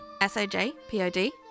S-O-J-P-O-D